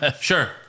Sure